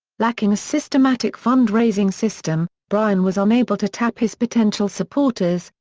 lacking a systematic fund-raising system, bryan was unable to tap his potential supporters,